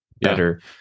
better